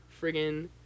friggin